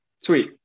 Sweet